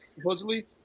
Supposedly